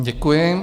Děkuji.